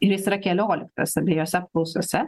ir jis yra kelioliktas abiejose apklausose